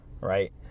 right